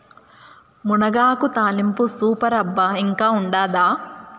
మునగాకు తాలింపు సూపర్ అబ్బా ఇంకా ఉండాదా